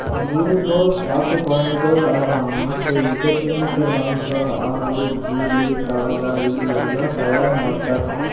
ಗೂಳಿಗೊಳ್ ಸಾಕು ಪ್ರಾಣಿಗೊಳ್ ಅವಾ ಮತ್ತ್ ಇದುರ್ ಲಿಂತ್ ಮಾಂಸ, ಹಾಲು, ಗೂಳಿ ಕಾಳಗ ಇವು ಎಲ್ಲಾ ತೈಯಾರ್ ಮಾಡ್ತಾರ್